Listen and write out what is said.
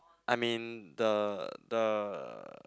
I mean the the